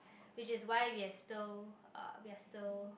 which is why we are still we are still